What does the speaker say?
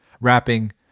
rapping